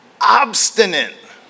obstinate